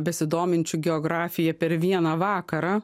besidominčių geografija per vieną vakarą